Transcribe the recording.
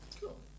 Cool